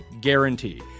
guarantee